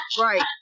Right